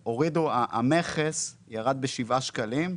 המכס ירד בשבעה שקלים,